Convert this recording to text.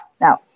Now